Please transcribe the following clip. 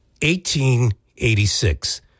1886